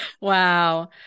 Wow